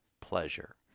pleasure